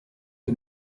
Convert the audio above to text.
che